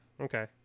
Okay